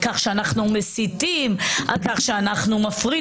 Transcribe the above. אתגרו אתכם טוענים